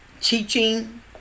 teaching